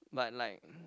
but like